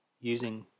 using